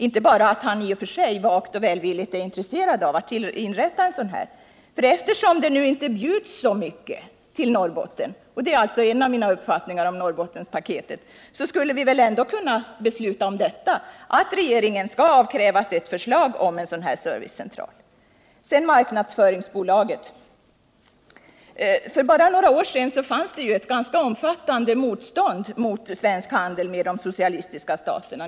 Det vore bättre än att han bara vagt och välvilligt i och för sig är intresserad av att inrätta en sådan här servicecentral. Eftersom det nu inte bjuds så mycket till Norrbotten — det är alltså en av mina uppfattningar om Norrbottenspaketet — skulle vi väl ändå kunna besluta om att regeringen skall avkrävas ett förslag om en servicecentral. Sedan marknadsföringsbolaget! För bara några år sedan fanns det ju ett ganska omfattande motstånd mot svensk handel med de socialistiska staterna.